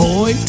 Boy